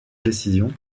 décisions